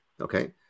Okay